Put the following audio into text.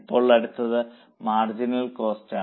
ഇപ്പോൾ അടുത്തത് മാർജിനൽ കോസ്റ്റാണ്